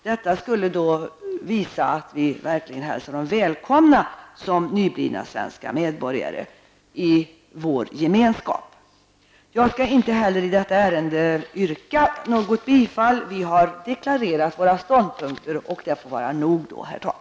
Detta skulle visa att vi verkligen hälsar de nyblivna svenska medborgarna välkomna i vår gemenskap. Jag skall inte heller i detta ärende yrka något bifall. Vi har deklarerat våra ståndpunkter, och det får vara nog, herr talman.